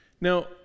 Now